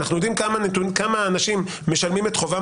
אנחנו יודעים כמה אנשים משלמים את חובם